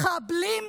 מחבלים,